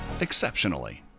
exceptionally